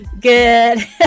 Good